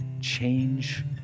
change